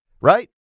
right